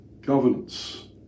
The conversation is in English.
governance